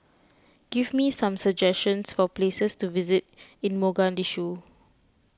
give me some suggestions for places to visit in Mogadishu